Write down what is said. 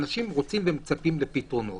אנשים רוצים ומצפים לפתרונות.